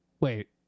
wait